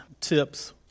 tips